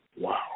Wow